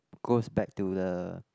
goes back to the